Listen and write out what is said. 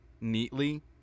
neatly